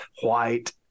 white